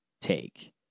take